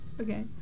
Okay